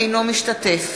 אינו משתתף